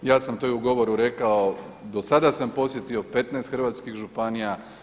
Ja sam to i u govoru rekao, do sada sam posjetio 15 hrvatskih županija.